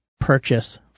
purchase